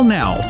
now